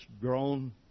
grown